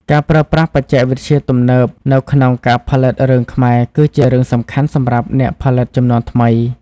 ការប្រើប្រាស់បច្ចេកវិទ្យាទំនើបនៅក្នុងការផលិតរឿងខ្មែរគឺជារឿងសំខាន់សម្រាប់អ្នកផលិតជំនាន់ថ្មី។